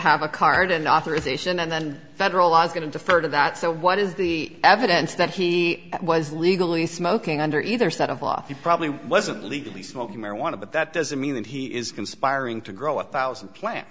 have a card and authorization and then federal law is going to defer to that so what is the evidence that he was legally smoking under either set of off he probably wasn't legally smoking marijuana but that doesn't mean that he is conspiring to grow a thousand plant